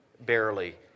barely